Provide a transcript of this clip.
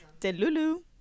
Delulu